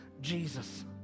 Jesus